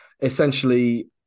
Essentially